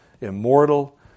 immortal